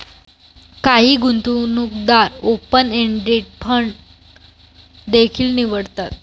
काही गुंतवणूकदार open ended fund देखील निवडतात